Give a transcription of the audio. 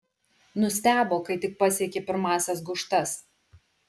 nustebo kai tik pasiekė pirmąsias gūžtas